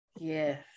Yes